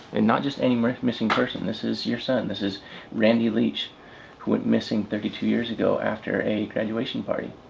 and not just any missing person, this is your son, this is randy leach who went missing thirty two years ago after a graduation party.